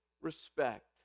respect